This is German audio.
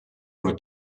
nur